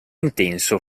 intenso